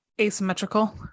asymmetrical